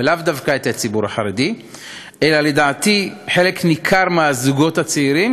לאו דווקא את הציבור החרדי אלא חלק ניכר מהזוגות הצעירים,